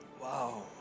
Wow